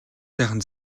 сайхан